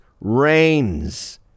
reigns